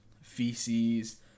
Feces